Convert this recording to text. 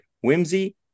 Whimsy